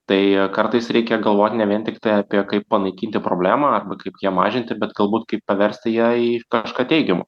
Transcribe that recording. tai kartais reikia galvot ne vien tiktai apie kaip panaikinti problemą arba kaip ją mažinti bet galbūt kaip paversti ją į kažką teigiamo